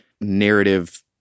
narrative